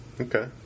Okay